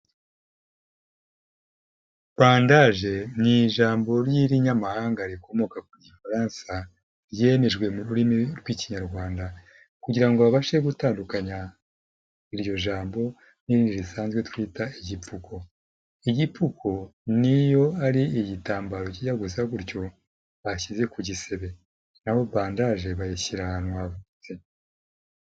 Bandaje ni ijambo ry'irinyamahanga rikomoka ku gifaransa, ryemejwe mu rurimi rw'ikinyarwanda, kugira ngo babashe gutandukanya iryo jambo n'irindi risanzwe twita igipfuko, igipfuko ni iyo ari igitambaro kijya gusa gutyo bashyize ku gisebe, naho bandaje bayishyira ahantu havunitse.